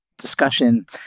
discussion